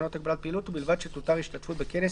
לתקנות הגבלת פעילות ובלבד שתותר השתתפות בכנס